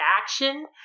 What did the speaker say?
action